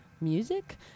Music